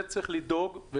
וצריך לדאוג שזה לא יהיה,